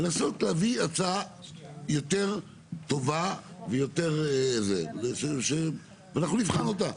לנסות להביא הצעה יותר טובה, ואנחנו נבחן אותה.